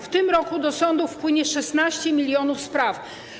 W tym roku do sądów wpłynie 16 mln spraw.